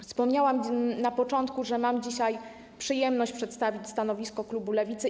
Wspomniałam na początku, że mam dzisiaj przyjemność przedstawić stanowisko klubu Lewicy.